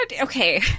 okay